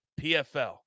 PFL